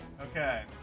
Okay